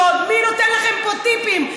ועוד מי נותן לכם פה טיפים?